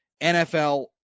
NFL